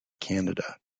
canada